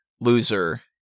loser